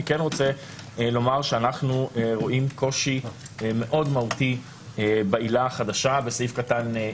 אני כן רוצה לומר שאנחנו רואים קושי מאוד מהותי בעילה החדשה בסעיף (3).